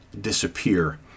disappear